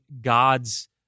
God's